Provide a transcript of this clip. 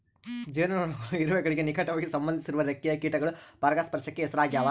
ಜೇನುನೊಣಗಳು ಇರುವೆಗಳಿಗೆ ನಿಕಟವಾಗಿ ಸಂಬಂಧಿಸಿರುವ ರೆಕ್ಕೆಯ ಕೀಟಗಳು ಪರಾಗಸ್ಪರ್ಶಕ್ಕೆ ಹೆಸರಾಗ್ಯಾವ